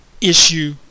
issue